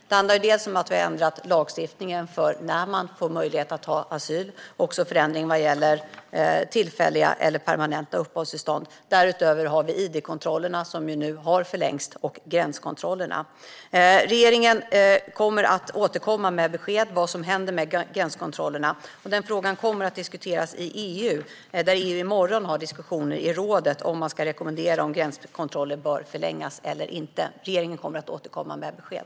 Det handlar om att vi har ändrat lagstiftningen för när man får möjlighet till asyl, och vi har gjort förändringar vad gäller tillfälliga och permanenta uppehållstillstånd. Därutöver har vi id-kontrollerna, som vi nu har förlängt, liksom gränskontrollerna. Regeringen kommer att återkomma med besked om vad som händer med gränskontrollerna. Frågan kommer att diskuteras i EU. I morgon kommer rådet att ha diskussioner om man ska rekommendera huruvida gränskontroller bör förlängas eller inte. Regeringen kommer att återkomma med besked.